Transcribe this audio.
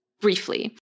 briefly